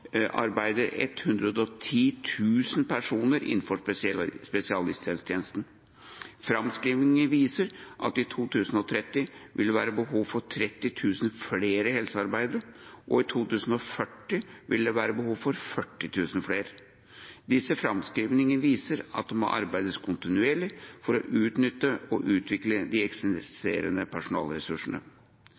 arbeider 110 000 personer innenfor spesialisthelsetjenesten. Framskrivninger viser at det i 2030 vil være behov for 30 000 flere helsearbeidere, og i 2040 vil det være behov for 40 000 flere. Disse framskrivningene viser at det må arbeides kontinuerlig med å utnytte og utvikle de eksisterende